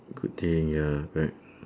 good thing ya correct